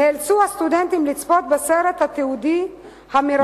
נאלצו הסטודנטים לצפות בסרט התיעודי המרתק,